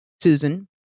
Susan